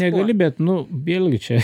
negali bet nu vėlgi čia